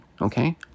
Okay